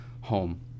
home